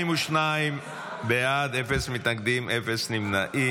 42 בעד, אפס מתנגדים, אפס נמנעים.